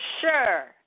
sure